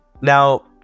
Now